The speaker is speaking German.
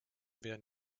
werden